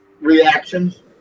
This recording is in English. reactions